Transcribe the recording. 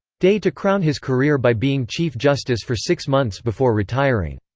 day to crown his career by being chief justice for six months before retiring.